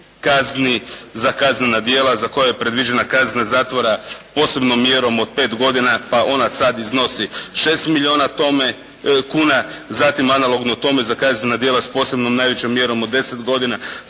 kazni za kaznena djela za koja je predviđena kazna zatvora posebnom mjerom od pet godina, pa ona sad iznosi šest milijuna tome kuna zatim analogno tome za kaznena djela s posebnom najvećom mjerom od deset godina